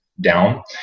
down